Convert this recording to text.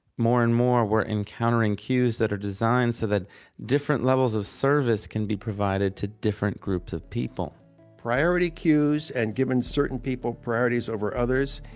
more and more we're encountering queues that are designed so that different levels of service can be provided to different groups of people priority queues and giving certain people priorities over others,